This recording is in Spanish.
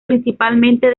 principalmente